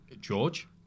George